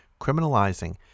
criminalizing